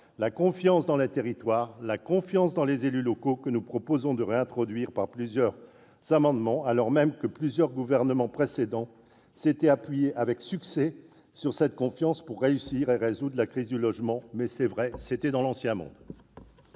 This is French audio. la confiance dans les territoires, la confiance dans les élus locaux, que nous proposons de réintroduire par plusieurs amendements, alors même que plusieurs gouvernements précédents s'étaient appuyés avec succès sur cette confiance pour réussir à résoudre la crise du logement. Mais, c'est vrai, c'était dans l'ancien monde